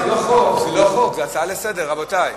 זה לא חוק, זו הצעה לסדר-היום, רבותי.